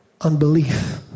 Unbelief